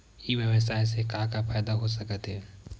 ई व्यवसाय से का का फ़ायदा हो सकत हे?